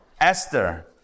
Esther